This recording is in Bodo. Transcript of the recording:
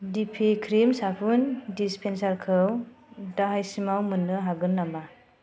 दि पि क्रिम साबुन डिसपेन्सारखौ दाहायसिमाव मोन्नो हागोन नामा